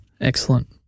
Excellent